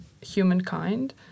humankind